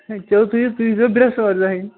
ہے چلو تُہۍ یِیِو تُہۍ ییٖزیٚو برٛٮ۪سوارِ دۄہٕے